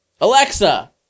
Alexa